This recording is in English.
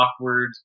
awkward